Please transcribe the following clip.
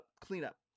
cleanup